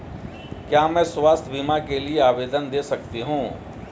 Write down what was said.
क्या मैं स्वास्थ्य बीमा के लिए आवेदन दे सकती हूँ?